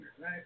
right